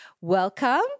Welcome